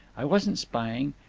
i wasn't spying.